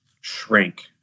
shrink